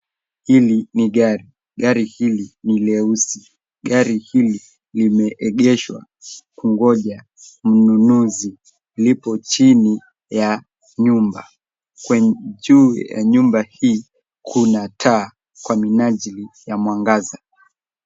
Hili ni gari, gari hili ni leusi. Gari hili limeegeshwa kungoja mnunuzi, lipo chini ya nyumba, juu ya nyumba hii kuna taa kwa minajili ya mwangaza.